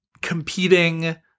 competing